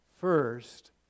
first